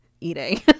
eating